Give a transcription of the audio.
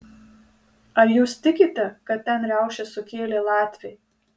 ar jūs tikite kad ten riaušes sukėlė latviai